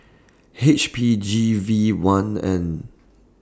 H P G V one N